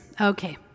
okay